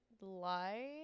lie